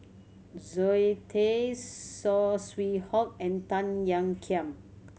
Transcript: Zoe Tay Saw Swee Hock and Tan Ean Kiam